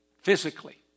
physically